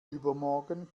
übermorgen